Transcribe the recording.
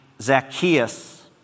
Zacchaeus